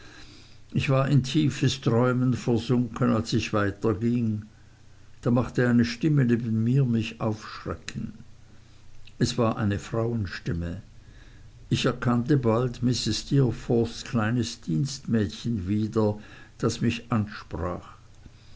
ich war in tiefes träumen versunken als ich weiterging da machte eine stimme neben mir mich aufschrecken es war eine frauenstimme ich erkannte bald mrs steerforths kleines dienstmädchen wieder das mich ansprach